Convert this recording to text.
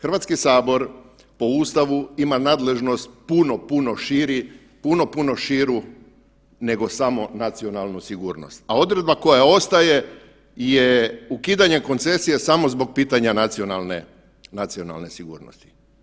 Hrvatski sabor po Ustavu ima nadležnost puno, puno širi, puno, puno širu nego samo nacionalnu sigurnost, a odredba koja ostaje je ukidanje koncesije samo zbog pitanja nacionalne sigurnosti.